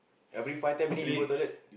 every five ten minutes you go toilet